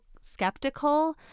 skeptical